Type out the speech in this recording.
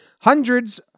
Hundreds